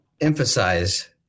emphasize